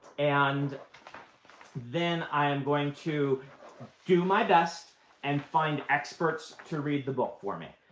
and then i am going to do my best and find experts to read the book for me.